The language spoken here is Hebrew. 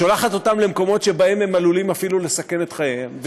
שולחת אותם למקומות שבהם הם עלולים אפילו לסכן את חייהם,